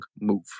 move